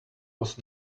was